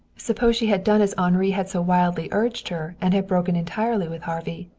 suppose she had done as henri had so wildly urged her, and had broken entirely with harvey?